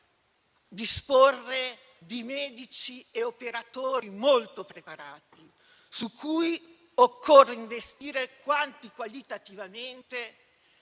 disporre di medici e operatori molto preparati, su cui occorre investire quantitativamente